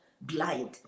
blind